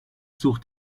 sucht